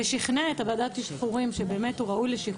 ושכנע את ועדת השחרורים שבאמת הוא ראוי לשחרור,